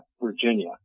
Virginia